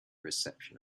reception